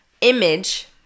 image